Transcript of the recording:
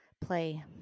play